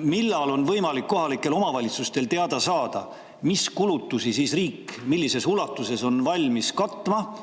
millal on võimalik kohalikel omavalitsustel teada saada, mis kulutusi riik millises ulatuses on valmis katma,